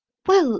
well,